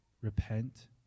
repent